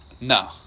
No